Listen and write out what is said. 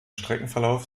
streckenverlauf